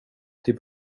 till